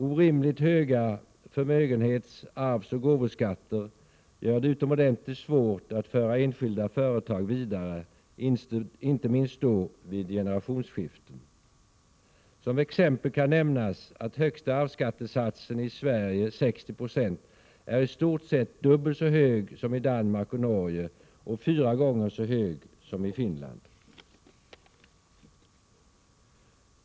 Orimligt höga förmögenhets-, arvsoch gåvoskatter gör det utomordentligt svårt att föra enskilda företag vidare, inte minst vid generationsskiften. Som exempel kan nämnas att högsta arvsskattesatsen i Sverige, 60 90, är i stort sett dubbelt så hög som i Danmark och Norge och fyra gånger så hög som i Finland.